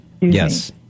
yes